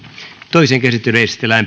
toiseen käsittelyyn esitellään